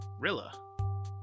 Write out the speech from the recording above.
Rilla